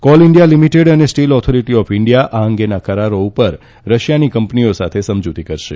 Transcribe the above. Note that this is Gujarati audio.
કોલ ઇન્ડિયા લિમીટેડ અને સ્ટીલ ઓથોરીટી ઓફ ઇન્જિયા આ અંગેના કરારો ઉપર રશિયાની કંપનીઓ સાથે સમજૂતી કરશે